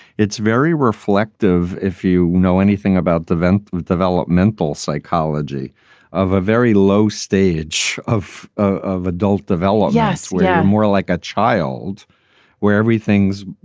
it's very reflective, if you know anything about the event with developmental psychology of a very low stage of of adult develop. yes, we are more like a child where everything's,